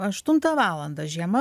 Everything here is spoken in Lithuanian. aštuntą valandą žiema